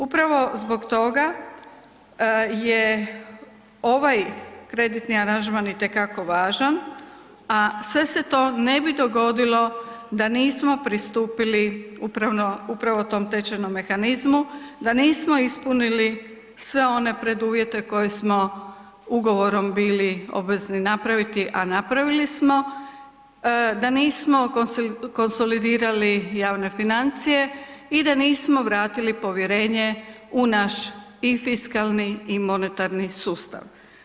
Upravo zbog toga je ovaj kreditni aranžman itekako važan, a sve se to ne bi dogodilo da nismo pristupili upravo tom tečajnom mehanizmu, da nismo ispunili sve one preduvjete koje smo ugovorom bili obvezni napraviti, a napravili smo, da nismo konsolidirali javne financije i da nismo vratili povjerenje u naš i fiskalni i monetarni sustav.